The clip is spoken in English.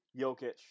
Jokic